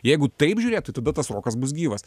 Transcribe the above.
jeigu taip žiūrėtų tada tas rokas bus gyvas